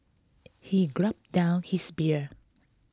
he gulped down his beer